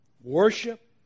worship